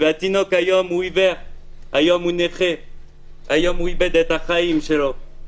והתינוק היום עיוור, נכה, איבד את החיים שלו,